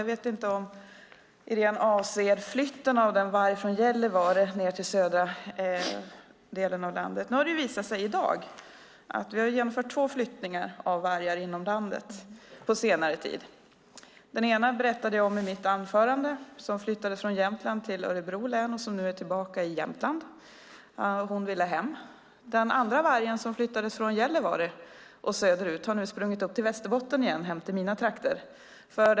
Jag vet inte om Irene avsåg flytten av vargen från Gällivare till södra delen av landet. På senare tid har vi genomfört två flyttningar av varg inom landet. Den ena vargen berättade jag om i mitt anförande; den flyttades från Jämtland till Örebro län men är nu tillbaka i Jämtland. Hon ville hem. Den andra vargen flyttades från Gällivare söderut, men den har sprungit upp till Västerbotten och mina hemtrakter igen.